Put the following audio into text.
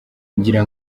ngira